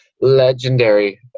legendary